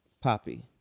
Poppy